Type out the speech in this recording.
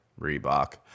Reebok